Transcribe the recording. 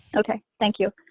okay, thank you.